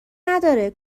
نداره